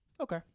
Okay